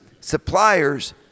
suppliers